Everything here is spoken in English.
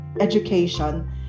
education